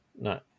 No